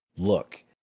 look